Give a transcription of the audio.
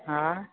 हा